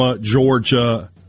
Georgia